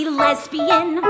lesbian